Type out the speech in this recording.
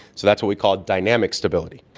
so that's what we call dynamic stability.